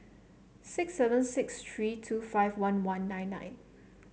six seven six three two five one one nine nine